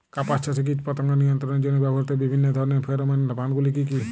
কাপাস চাষে কীটপতঙ্গ নিয়ন্ত্রণের জন্য ব্যবহৃত বিভিন্ন ধরণের ফেরোমোন ফাঁদ গুলি কী?